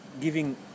giving